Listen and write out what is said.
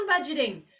budgeting